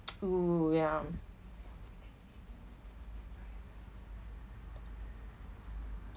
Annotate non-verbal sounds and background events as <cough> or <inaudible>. <noise> oo ya